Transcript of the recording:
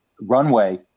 runway